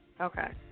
Okay